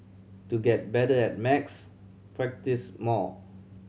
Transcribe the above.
to get better at maths practise more